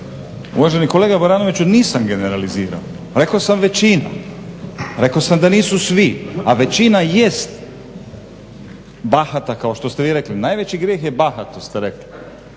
Uvaženi kolega Baranoviću nisam generalizira, rekao sam većina, rekao sam da nisu svi, a većina jest bahata kako što ste vi rekli. Najveći grijeh je bahatost, ste rekli